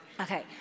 Okay